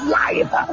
life